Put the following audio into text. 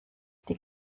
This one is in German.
die